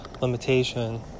limitation